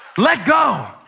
let go.